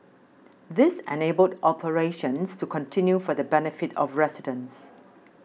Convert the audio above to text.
this enabled operations to continue for the benefit of residents